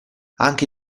anche